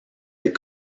des